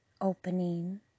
opening